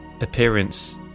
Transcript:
appearance